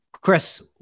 Chris